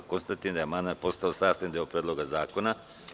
Konstatujem da je amandman postao sastavni deo Predloga zakona.